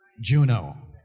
Juno